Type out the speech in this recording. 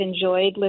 enjoyed